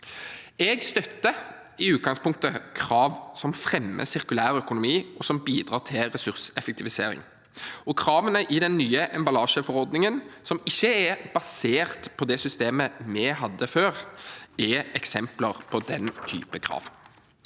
Jeg støtter i utgangspunktet krav som fremmer sirkulærøkonomi, og som bidrar til ressurseffektivisering. Kravene i den nye emballasjeforordningen, som ikke er basert på det systemet vi hadde før, er eksempler på den typen krav.